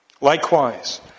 Likewise